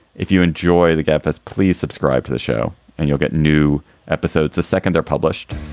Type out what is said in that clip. if you enjoy the gap as, please subscribe to the show and you'll get new episodes. the second there published.